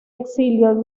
exilio